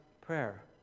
prayer